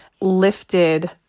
lifted